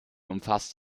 umfasst